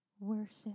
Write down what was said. Worship